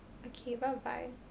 okay bye bye